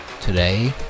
Today